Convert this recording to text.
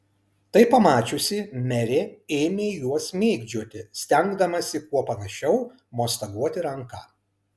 tai pamačiusi merė ėmė juos mėgdžioti stengdamasi kuo panašiau mostaguoti ranka